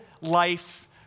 life